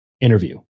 interview